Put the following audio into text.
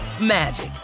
magic